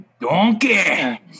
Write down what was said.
Donkey